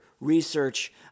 research